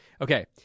Okay